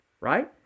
right